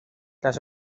las